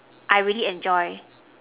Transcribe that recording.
I really enjoy